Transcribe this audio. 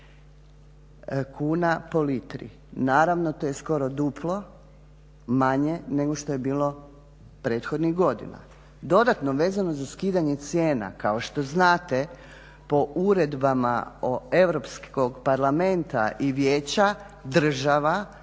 kuna po litri. Naravno to je skoro duplo manje nego što je bilo prethodnih godina. Dodatno vezano za skidanje cijena kao što znate po uredbama Europskog parlamenta i Vijeća država,